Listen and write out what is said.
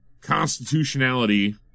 constitutionality